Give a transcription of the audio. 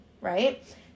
right